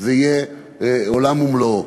זה יהיה עולם ומלואו.